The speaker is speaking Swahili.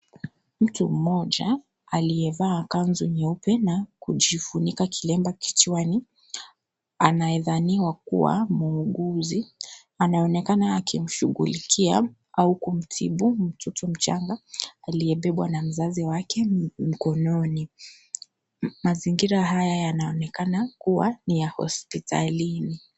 Mtu mmoja aliyevaa kanzu nyeupe na kujifunika kilemba kichwani anayedhaaniwa kuwa muuguzi, anaonekana akimshughulikia au kumtibu mtu mchanga aliyebebwa na mzazi wake mkononi. Mazingira haya yanaonekana kuwa ni ya hospitalini .